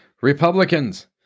Republicans